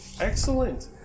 Excellent